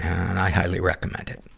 and i highly recommend it.